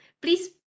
Please